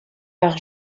par